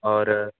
और